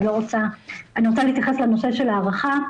אני רוצה להתייחס לנושא של ההערכה.